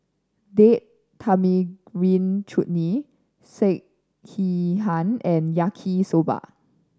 Date Tamarind Chutney Sekihan and Yaki Soba